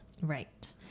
Right